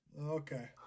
Okay